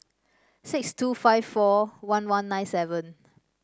six two five four one one nine seven